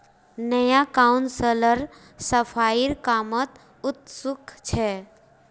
नया काउंसलर सफाईर कामत उत्सुक छ